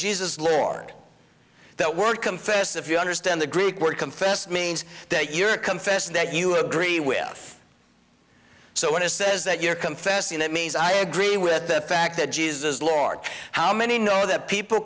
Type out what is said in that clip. is lord that word confess if you understand the greek word confess means that your confess that you agree with so when it says that you're confessing that means i agree with the fact that jesus is lord how many know that people